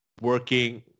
working